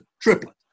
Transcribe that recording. triplet